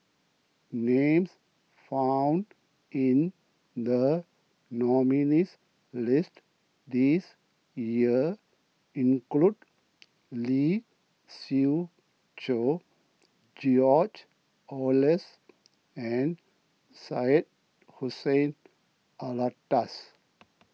names found in the nominees' list this year include Lee Siew Choh George Oehlers and Syed Hussein Alatas